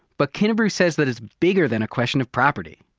but kinnebrew says that it's bigger than a question of property,